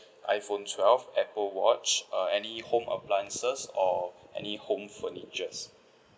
iPhone twelve Apple watch uh any home appliances or any home furnitures